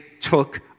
took